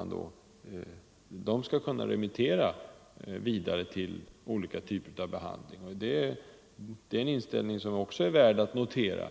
att denne skall kunna remittera vidare till olika typer av behandling. Det är en inställning som också är värd att notera.